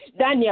Daniela